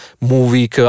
movie